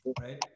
Right